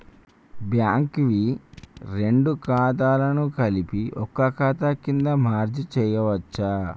Bank వి రెండు ఖాతాలను కలిపి ఒక ఖాతా కింద మెర్జ్ చేయచ్చా?